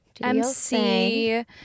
MC